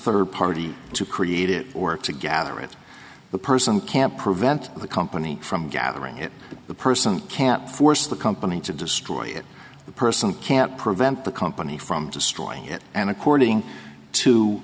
third party to create it work to gather it the person can't prevent the company from gathering it the person can't force the company to destroy it the person can't prevent the company from destroying it and according to